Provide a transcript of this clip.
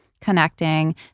connecting